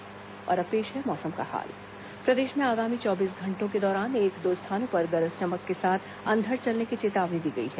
मौसम और अब पेश है मौसम का हाल प्रदेश में आगामी चौबीस घंटों के दौरान एक दो स्थानों पर गरज चमक के साथ अंधड़ चलने की चेतावनी दी गई है